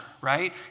right